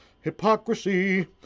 hypocrisy